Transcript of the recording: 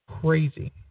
Crazy